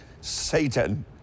Satan